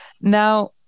Now